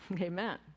Amen